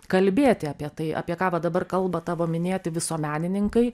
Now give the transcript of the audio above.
kalbėti apie tai apie ką va dabar kalba tavo minėti visuomenininkai